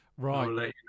Right